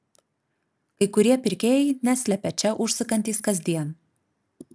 kai kurie pirkėjai neslepia čia užsukantys kasdien